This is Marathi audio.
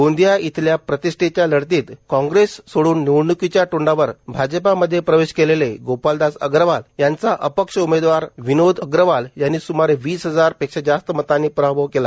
गोंदिया इथल्या प्रतिश्ठेच्या लढतीत काँग्रेस सोडून निवडण्कीच्या तोंडावर भाजपामध्ये प्रवेष केलेले गोपालदास अग्रवाल यांचा अपक्ष उमेदवार विनोद अग्रवाल यांनी सुमारे वीस हजार पेक्षा जास्त मतांनी पराभव केला